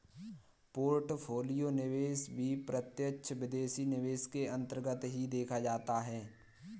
portfolio निवेश भी प्रत्यक्ष विदेशी निवेश के अन्तर्गत ही देखा जाता है